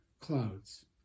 clouds